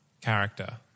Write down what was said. Character